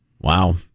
Wow